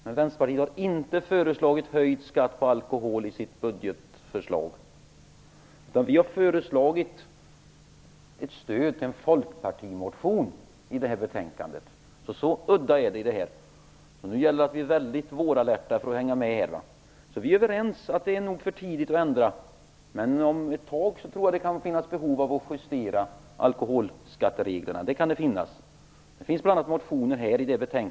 Men Vänsterpartiet har inte föreslagit höjd skatt på alkohol i sitt budgetförslag. Vi har föreslagit stöd till en folkpartimotion i det här betänkandet. Så udda är det i det här fallet, så nu gäller det att vi är väldigt vårallerta för att hänga med. Vi är alltså överens om att det nog är för tidigt att ändra, men om ett tag tror jag att det kan finnas behov av att justera alkoholskattereglerna - det kan det göra.